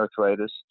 arthritis